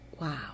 Wow